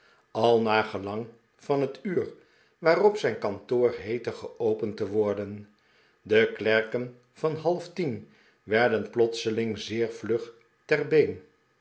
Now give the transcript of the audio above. al naar gelang van het uur waarop zijn kantoor heette geopend te worden de klerken van halftien werden plotseling zeer vlug ter been